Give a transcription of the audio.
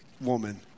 woman